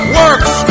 works